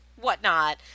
whatnot